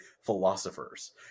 Philosophers